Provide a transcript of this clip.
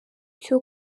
cyo